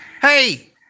Hey